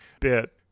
bit